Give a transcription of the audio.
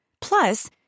Plus